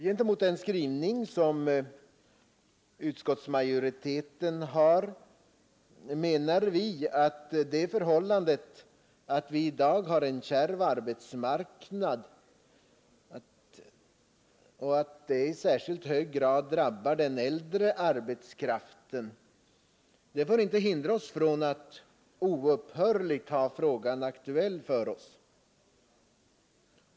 Gentemot utskottsmajoritetens skrivning menar vi att det förhållandet att vi i dag har en kärv arbetsmarknad och att detta i särskilt hög grad drabbar den äldre arbetskraften får inte hindra oss från att oupphörligt ha frågan aktuell för oss.